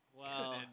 Wow